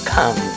Come